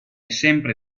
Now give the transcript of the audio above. sempre